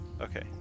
Okay